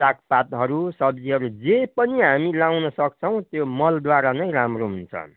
साग पातहरू सब्जीहरू जे पनि हामी लाउन सक्छौँ त्यो मलद्वारा नै राम्रो हुन्छ